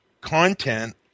content